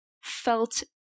felt